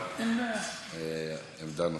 כן, בהחלט.